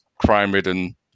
crime-ridden